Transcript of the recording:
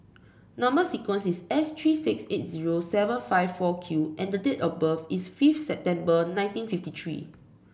number sequence is S three six eight zero seven five four Q and date of birth is fifth September nineteen fifty three